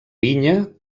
vinya